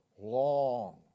long